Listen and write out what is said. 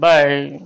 Bye